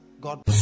God